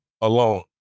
alone